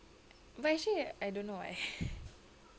but actually I don't know eh